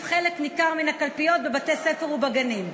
חלק ניכר מן הקלפיות בבתי-ספר ובגנים.